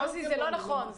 מוסי, זה לא נכון.